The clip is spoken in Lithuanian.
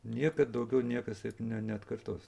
niekad daugiau niekas ne neatkartos